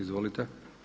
Izvolite.